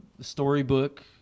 storybook